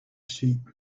sheep